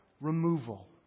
removal